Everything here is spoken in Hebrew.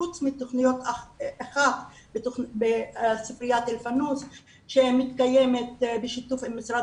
חוץ מתוכנית אחת בספריית אלפאנוס שמתקיימת בשיתוף עם משרד